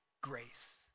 grace